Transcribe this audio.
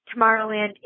Tomorrowland